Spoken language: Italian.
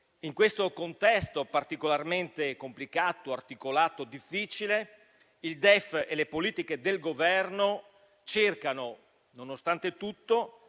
in questo contesto particolarmente complicato, articolato e difficile, il DEF e le politiche del Governo cercano, nonostante tutto,